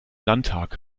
landtag